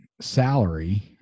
salary